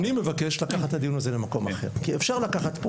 אני מבקש לקחת את